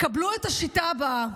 את השיטה שבה,